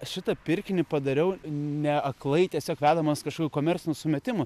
šitą pirkinį padariau ne aklai tiesiog vedamas kažkokių komercinių sumetimų